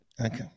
Okay